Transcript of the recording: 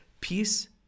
peace